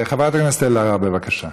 חברת הכנסת אלהרר, בבקשה.